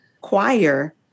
choir